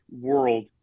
world